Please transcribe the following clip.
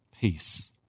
peace